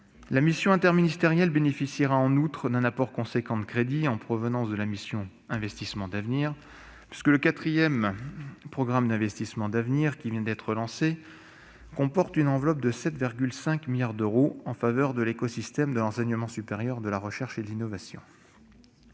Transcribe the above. La mission interministérielle bénéficiera, en outre, d'un apport important de crédits en provenance de la mission « Investissements d'avenir », puisque le quatrième programme d'investissements d'avenir, qui vient d'être lancé, comporte une enveloppe de 7,5 milliards d'euros en faveur de l'écosystème de l'enseignement supérieur, de la recherche et de l'innovation.